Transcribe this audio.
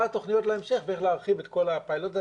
התוכניות להמשך באיך להרחיב את כל הפיילוט.